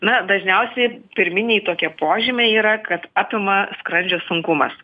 na dažniausiai pirminiai tokie požymiai yra kad apima skrandžio sunkumas